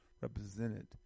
represented